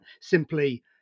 simply